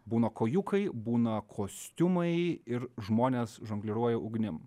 būna kojūkai būna kostiumai ir žmonės žongliruoja ugnim